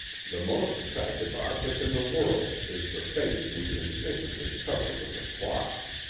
the most attractive object in the world is the face we instinctively cover with a cloth.